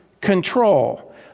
control